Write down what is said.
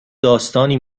داستانی